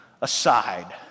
aside